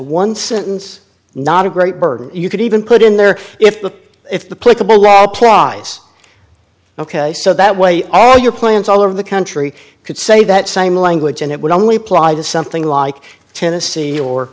one sentence not a great burden you could even put in there if the if the put the rice ok so that way all your plans all over the country could say that same language and it would only apply to something like tennessee or